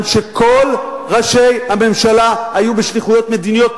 שכל ראשי הממשלה היו בשליחויות מדיניות.